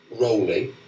rolling